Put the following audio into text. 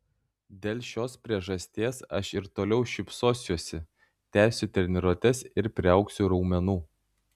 dėl šios priežasties aš ir toliau šypsosiuosi tęsiu treniruotes ir priaugsiu raumenų